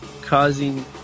causing